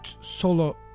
solo